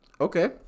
Okay